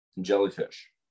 jellyfish